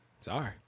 Sorry